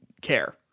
care